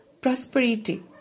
prosperity